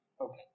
Okay